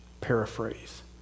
Paraphrase